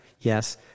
Yes